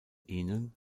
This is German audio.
ihnen